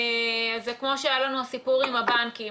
זה כמו שהיה לנו הסיפור עם הבנקים.